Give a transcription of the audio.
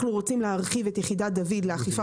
אנחנו רוצים להרחיב את יחידת דוד לאכיפה